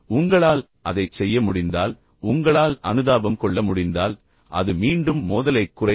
உங்களால் அதைச் செய்ய முடிந்தால் உங்களால் அனுதாபம் கொள்ள முடிந்தால் அது மீண்டும் மோதலைக் குறைக்கும்